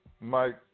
Mike